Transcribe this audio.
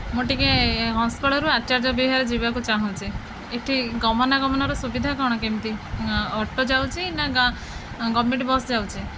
ମୁଁ ଟିକିଏ ହଂସପାଳରୁ ଆଚର୍ଯ୍ୟବିହାର ଯିବାକୁ ଚାହୁଁଛି ଏଇଠି ଗମନାଗମନର ସୁବିଧା କ'ଣ କେମିତି ଅଟୋ ଯାଉଛି ନା ଗଭର୍ଣ୍ଣମେଣ୍ଟ୍ ବସ୍ ଯାଉଛି